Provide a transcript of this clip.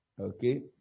Okay